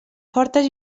fortes